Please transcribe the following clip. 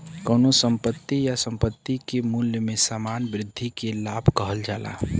कउनो संपत्ति या संपत्ति के मूल्य में सामान्य वृद्धि के लाभ कहल जाला